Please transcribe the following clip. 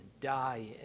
die